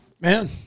Man